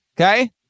Okay